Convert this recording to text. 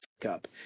Cup